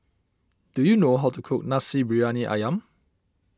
do you know how to cook Nasi Briyani Ayam